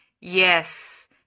Yes